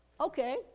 Okay